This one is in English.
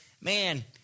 Man